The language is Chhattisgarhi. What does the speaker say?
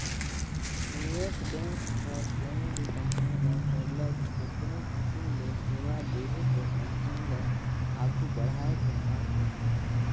निवेस बेंक हर कोनो भी कंपनी ल सरलग केतनो किसिम ले सेवा देहे कर कंपनी ल आघु बढ़ाए कर काम करथे